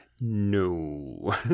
No